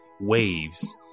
waves